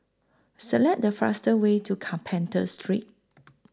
Select The fastest Way to Carpenter Street